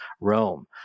Rome